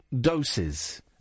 doses